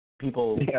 people